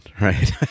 right